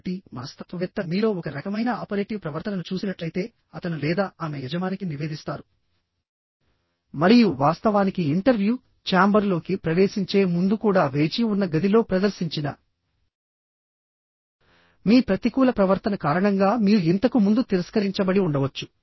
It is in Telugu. కాబట్టిమనస్తత్వవేత్త మీలో ఒక రకమైన ఆపరేటివ్ ప్రవర్తనను చూసినట్లయితేఅతను లేదా ఆమె యజమానికి నివేదిస్తారు మరియు వాస్తవానికి ఇంటర్వ్యూ ఛాంబర్లోకి ప్రవేశించే ముందు కూడా వేచి ఉన్న గదిలో ప్రదర్శించిన మీ ప్రతికూల ప్రవర్తన కారణంగా మీరు ఇంతకు ముందు తిరస్కరించబడి ఉండవచ్చు